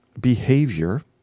behavior